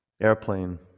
Airplane